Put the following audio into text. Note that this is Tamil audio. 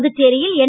புதுச்சேரியில் என்